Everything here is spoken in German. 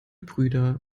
brüder